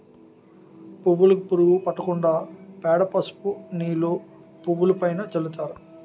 పువ్వులుకు పురుగు పట్టకుండా పేడ, పసుపు నీళ్లు పువ్వులుపైన చల్లుతారు